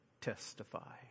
Testify